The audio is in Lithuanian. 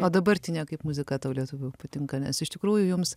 o dabartinė kaip muzika tau lietuvių patinka nes iš tikrųjų jums